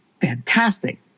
fantastic